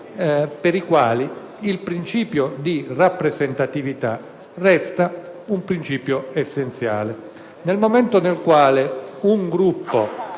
per i quali il principio di rappresentatività resta un principio essenziale.